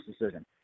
decision